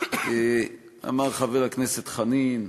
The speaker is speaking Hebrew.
אמר חבר הכנסת חנין,